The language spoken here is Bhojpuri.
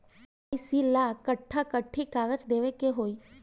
के.वाइ.सी ला कट्ठा कथी कागज देवे के होई?